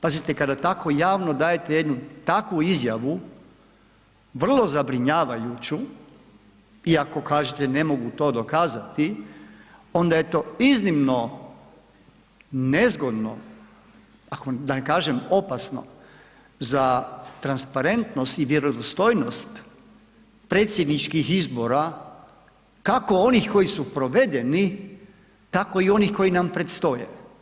Pazite kada tako javno dajete jednu takvu izjavu vrlo zabrinjavajući i ako kažete ne mogu to dokazati, onda je to iznimno nezgodno da ne kažem opasno za transparentnost i vjerodostojnost predsjedničkih izbora, kako onih koji su provedeni tako i onih koji nam predstoje.